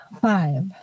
Five